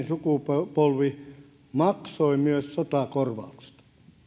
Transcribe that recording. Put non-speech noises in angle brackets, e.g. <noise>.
<unintelligible> sukupolvi maksoivat myös sotakorvaukset